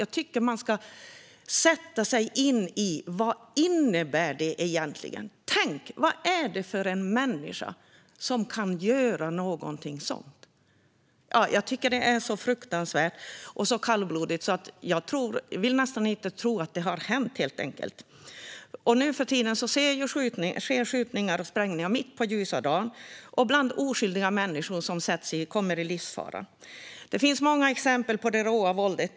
Jag tycker att man ska sätta sig in i vad det innebär egentligen. Vad är det för människa som kan göra någonting sådant? Jag tycker att det är så fruktansvärt och kallblodigt att jag nästan inte vill tro att det har hänt. Nu för tiden sker skjutningar och sprängningar mitt på ljusa dagen mitt bland oskyldiga människor som hamnar i livsfara. Det finns många exempel på det råa våldet.